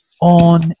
on